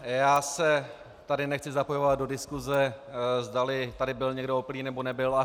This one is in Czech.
Já se tady nechci zapojovat do diskuse, zdali tady byl někdo opilý, nebo nebyl.